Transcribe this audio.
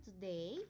today